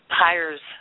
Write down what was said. hires